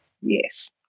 Yes